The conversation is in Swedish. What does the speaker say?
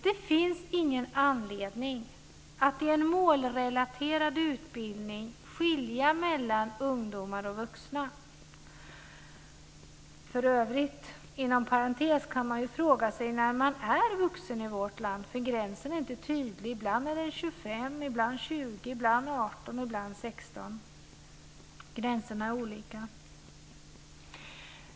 Det finns ingen anledning att i en målrelaterad utbildning skilja mellan ungdomar och vuxna. För övrigt kan man, inom parentes sagt, fråga sig när man är vuxen i vårt land, eftersom gränsen inte är tydlig. Ibland är det 25 år, ibland 20 år, ibland 18 år och ibland 16 år som gäller.